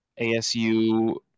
asu